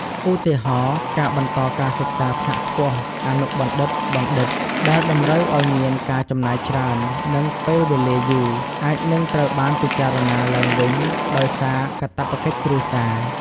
ឧទាហរណ៍ ការបន្តការសិក្សាថ្នាក់ខ្ពស់ (អនុបណ្ឌិត/បណ្ឌិត) ដែលតម្រូវឱ្យមានការចំណាយច្រើន និងពេលវេលាយូរ អាចនឹងត្រូវបានពិចារណាឡើងវិញដោយសារកាតព្វកិច្ចគ្រួសារ។